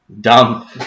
dumb